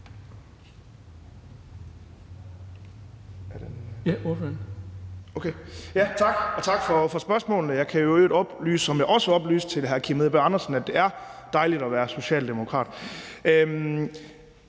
Tak for spørgsmålet. Jeg kan oplyse, som jeg også oplyste til hr. Kim Edberg Andersen, at det er dejligt at være socialdemokrat.